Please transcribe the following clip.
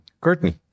Courtney